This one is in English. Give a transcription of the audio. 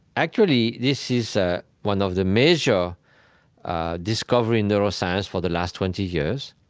actually, this is ah one of the major discoveries in neuroscience for the last twenty years,